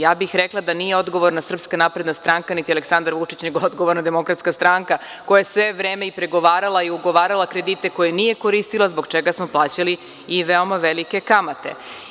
Ja bih rekla da nije odgovorna SNS, niti Aleksandar Vučić, nego je odgovorna DS koja je sve vreme i pregovarala i ugovarala kredite koje nije koristila zbog čega smo plaćali i veoma velike kamate.